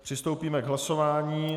Přistoupíme k hlasování.